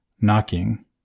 knocking